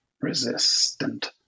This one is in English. resistant